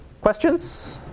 Questions